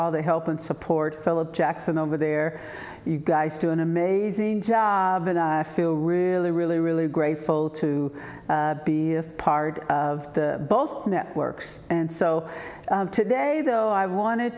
all the help and support philip jackson over there you guys do an amazing job and i feel really really really grateful to be a part of both networks and so today though i wanted